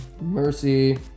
Mercy